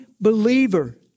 believer